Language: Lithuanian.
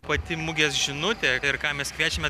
pati mugės žinutė ir ką mes kviečiame